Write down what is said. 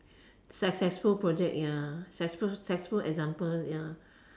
successful project ya succe~ successful example ya